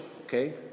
okay